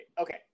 okay